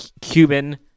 Cuban